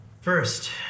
First